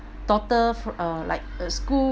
daughter f~ uh like a school